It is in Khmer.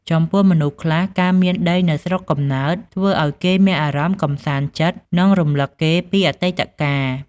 ចំពោះមនុស្សខ្លះ ការមានដីនៅស្រុកកំណើត ធ្វើឱ្យគេមានអារម្មណ៍កម្សាន្តចិត្ត និងរំឭកគេពីអតីកាល។